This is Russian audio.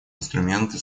инструменты